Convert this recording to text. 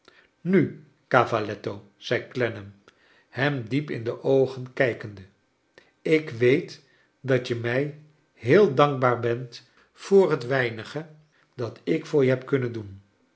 nu cavalletto zei clennam hem diep in de oogen kijkende ik weet dat je mij heel dankbaar bent voor het weinige dat ik voor je heb kun nen doen